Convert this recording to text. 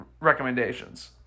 recommendations